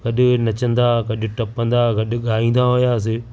गॾु नचंदा गॾु टपंदा गॾु ॻाईंदा हुआसीं